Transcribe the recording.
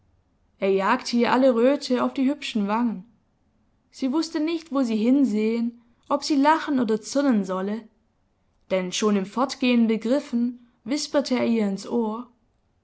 er jagte ihr alle röte auf die hübschen wangen sie wußte nicht wo sie hinsehen ob sie lachen oder zürnen solle denn schon im fortgehen begriffen wisperte er ihr ins ohr